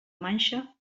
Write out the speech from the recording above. manxa